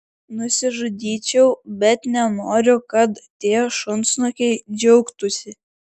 nusižudyčiau bet nenoriu kad tie šunsnukiai džiaugtųsi